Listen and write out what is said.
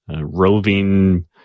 roving